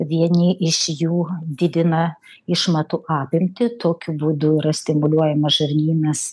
vieni iš jų didina išmatų apimtį tokiu būdu yra stimuliuojamas žarnynas